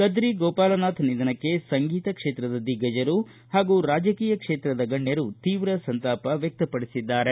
ಕದ್ರಿ ಗೋಪಾಲನಾಥ್ ನಿಧನಕ್ಕೆ ಸಂಗೀತ ಕ್ಷೇತ್ರದ ದಿಗ್ಗಜರು ಹಾಗೂ ರಾಜಕೀಯ ಕ್ಷೇತ್ರದ ಗಣ್ಣರು ತೀವ್ರ ಸಂತಾಪ ವ್ಲಕ್ತ ಪಡಿಸಿದ್ದಾರೆ